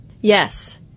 Yes